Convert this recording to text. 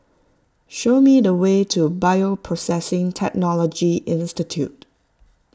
show me the way to Bioprocessing Technology Institute